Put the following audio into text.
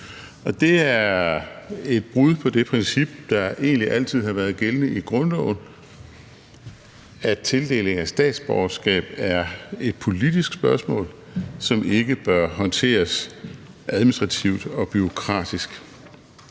det er et brud på det princip, der egentlig altid har været gældende i grundloven: at tildeling af statsborgerskab er et politisk spørgsmål, som ikke bør håndteres administrativt og bureaukratisk.